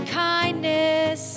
kindness